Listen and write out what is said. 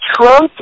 Trump